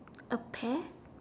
a pair